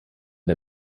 der